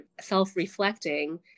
self-reflecting